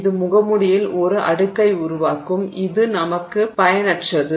இது முகமூடியில் ஒரு அடுக்கை உருவாக்கும் அது நமக்கு பயனற்றது